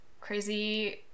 crazy